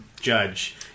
judge